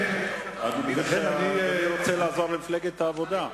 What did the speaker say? אני רוצה לעזור למפלגת העבודה.